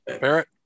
Barrett